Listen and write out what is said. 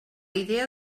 idea